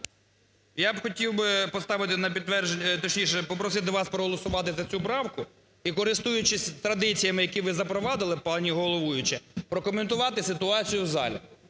Я хотів би поставити на підтвердження, точніше попросити вас проголосувати за цю правку. І користуючись традиціями, які ви запровадили, пані головуюча, прокоментувати ситуацію в залі.